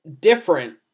different